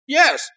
yes